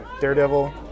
daredevil